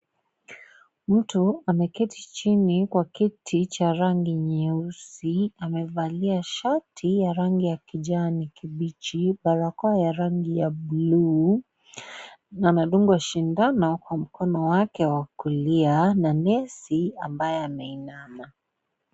Mtu ameketi chini kwa kiti cha rangi nyeusi. Amevalia shati ya rangi ya kijani kibichi na barakoa ya rangi ya buluu na anadungwa sindano kwa mkono wake wa kulia na nesi ambaye ameinama.